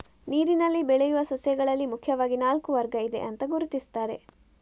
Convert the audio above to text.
ನೀರಿನಲ್ಲಿ ಬೆಳೆಯುವ ಸಸ್ಯಗಳಲ್ಲಿ ಮುಖ್ಯವಾಗಿ ನಾಲ್ಕು ವರ್ಗ ಇದೆ ಅಂತ ಗುರುತಿಸ್ತಾರೆ